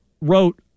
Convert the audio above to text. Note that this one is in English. wrote